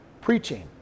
preaching